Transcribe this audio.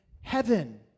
heaven